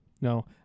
No